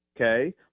Okay